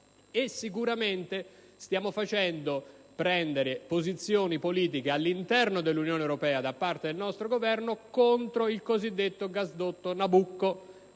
luogo, stiamo facendo prendere posizioni politiche all'interno dell'Unione europea da parte del nostro Governo contro il cosiddetto gasdotto Nabucco,